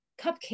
Cupcake